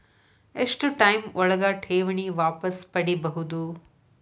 ಎಷ್ಟು ಟೈಮ್ ಒಳಗ ಠೇವಣಿ ವಾಪಸ್ ಪಡಿಬಹುದು?